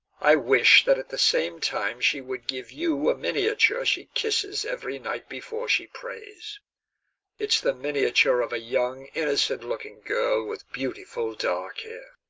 i wish that at the same time she would give you a miniature she kisses every night before she prays it's the miniature of a young innocent-looking girl with beautiful dark hair.